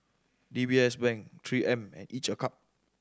D B S Bank Three M and Each a Cup